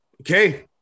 okay